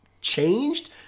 changed